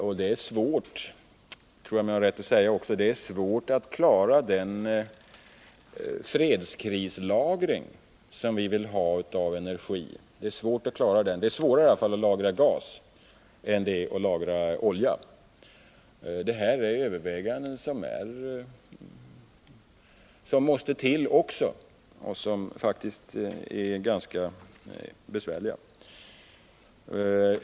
Jag tror mig också kunna säga att det med gas är svårt att klara den fredskrislagring som vi vill ha av energi. Det är i alla fall svårare att lagra gas än att lagra olja. Detta är överväganden som också måste till och som faktiskt är ganska besvärliga.